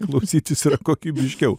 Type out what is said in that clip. klausytis yra kokybiškiau